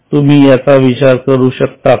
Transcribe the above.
तुम्ही याचा विचार करू शकता का